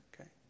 Okay